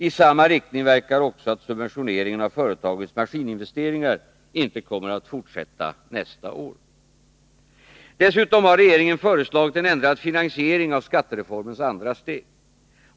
I samma riktning verkar också att subventioneringen av företagens maskinin vesteringar inte kommer att fortsätta nästa år. Dessutom har regeringen föreslagit en ändrad finansiering av skattereformens andra steg.